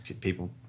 people